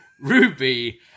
Ruby